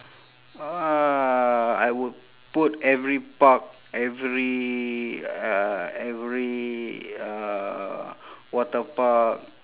uh I would put every park every uh every uh water park